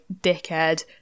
dickhead